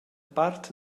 part